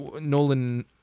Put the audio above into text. Nolan